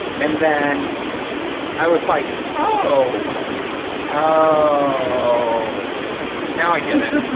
and then i was like oh oh now i get it.